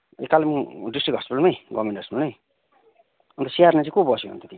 ए Kalimpong district हस्पिटलमै government हस्पिटलमै अन्त स्याहार्न चाहिँ को बस्यो अन्त त्यहाँ